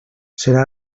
serà